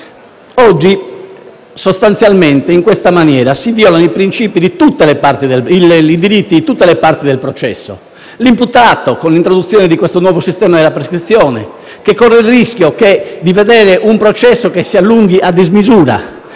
Oggi, sostanzialmente, in questa maniera si violano i diritti di tutte le parti del processo. L'imputato, con l'introduzione di questo nuovo sistema della prescrizione, corre il rischio di vedere un processo che si allunga a dismisura.